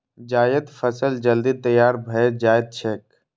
जायद फसल जल्दी तैयार भए जाएत छैक